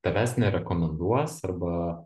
tavęs nerekomenduos arba